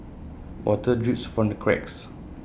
water drips from the cracks